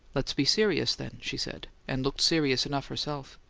let's be serious then, she said, and looked serious enough herself.